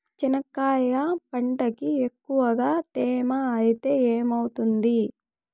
చెనక్కాయ పంటకి ఎక్కువగా తేమ ఐతే ఏమవుతుంది?